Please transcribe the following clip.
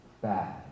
bad